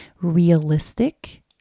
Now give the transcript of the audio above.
realistic